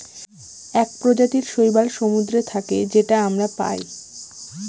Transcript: এক প্রজাতির শৈবাল সমুদ্রে থাকে যেটা আমরা পায়